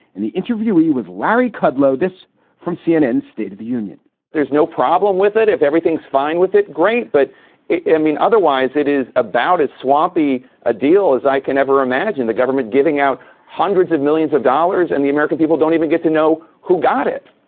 and the interviewee was larry kudlow. this from cnn state of the union there is no problem with it. if everything's fine with it. great. but i mean, otherwise, it is about as swampy a deal as i can ever imagine. the government giving out hundreds of millions of dollars and the american people don't even get to know who got it